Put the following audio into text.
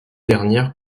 dernières